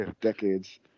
decades